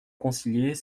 concilier